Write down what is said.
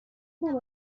نباید